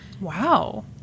Wow